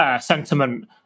sentiment